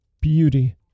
beauty